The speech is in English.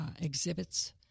exhibits